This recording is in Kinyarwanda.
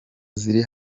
ziri